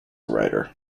writer